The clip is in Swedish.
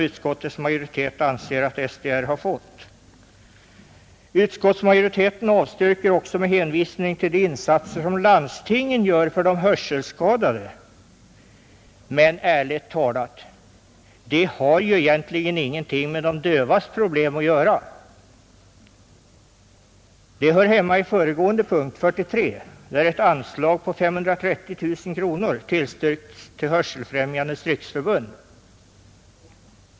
Utskottsmajoriteten motiverar också sitt avstyrkande med hänvisning till de insatser som landstingen gör för de hörselskadade, men ärligt talat har detta egentligen ingenting med de dövas problem att göra utan rör den föregående punkten, nr 43, där ett anslag på 530 000 kronor tillstyrktes till Hörselfrämjandets riksförbund.